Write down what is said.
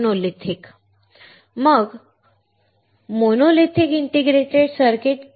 monolithic integrated circuit